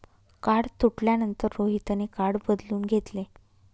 card तुटल्यानंतर रोहितने card बदलून घेतले